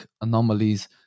anomalies